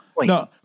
No